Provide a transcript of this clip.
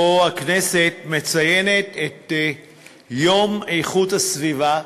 שבו הכנסת מציינת את יום איכות הסביבה,